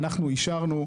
אנחנו אישרנו,